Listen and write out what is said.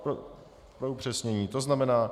Pro upřesnění to znamená.